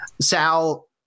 sal